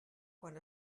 quan